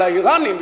אלא האירנים,